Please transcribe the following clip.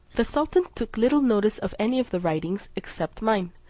the sultan took little notice of any of the writings, except mine,